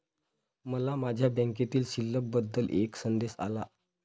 मला माझ्या बँकेतील शिल्लक बद्दल एक संदेश आला